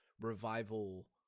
revival